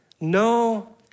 No